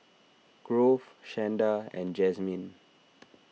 Grove Shanda and Jasmyne